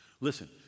Listen